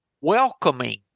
welcoming